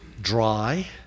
dry